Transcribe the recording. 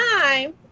time